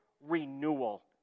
renewal